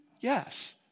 Yes